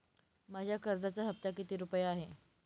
माझ्या कर्जाचा हफ्ता किती रुपये आहे?